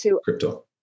crypto